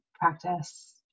Practice